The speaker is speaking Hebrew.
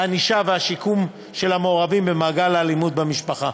הענישה והשיקום של המעורבים במעגל האלימות במשפחה.